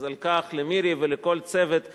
אז על כך למירי ולכל הצוות שלה,